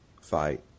fight